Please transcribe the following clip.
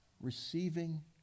receiving